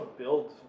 build